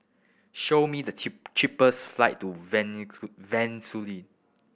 show me the cheap cheapest flight to Venezuela